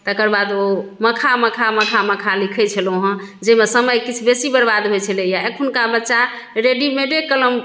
तकर बाद ओ मखा मखा मखा मखा लिखै छलौं हँ जाहिमे समय किछु बेसी बर्बाद होइ छलैया एखुनका बच्चा रेडीमेडे कलम